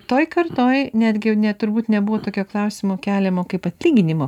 toj kartoj netgi ne turbūt nebuvo tokio klausimo keliamo kaip atlyginimo